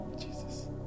Jesus